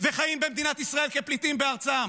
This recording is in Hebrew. וחיים במדינת ישראל כפליטים בארצם.